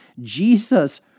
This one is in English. Jesus